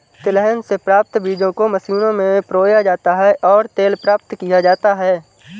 तिलहन से प्राप्त बीजों को मशीनों में पिरोया जाता है और तेल प्राप्त किया जाता है